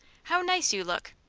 how nice you look!